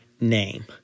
name